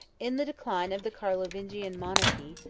in the decline of the carlovingian monarchy,